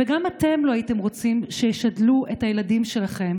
וגם אתם לא הייתם רוצים שישדלו את הילדים שלכם